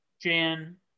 Jan